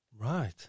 right